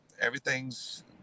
everything's